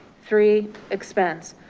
three expense.